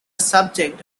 subject